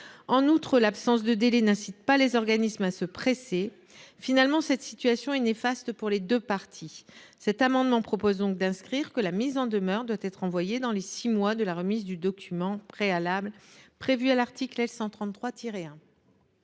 En outre, l’absence de délai n’incite pas les organismes à se presser. En définitive, cette situation est néfaste pour les deux parties. Cet amendement tend donc à inscrire dans la loi que la mise en demeure doit être envoyée dans les six mois de la remise du document préalable prévue à l’article L. 133 1